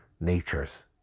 natures